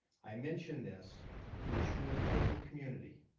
i mention this to assure the local community.